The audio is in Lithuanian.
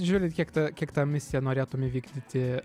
žiūrint kiek tą kiek tą misiją norėtum įvykdyti